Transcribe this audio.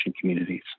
communities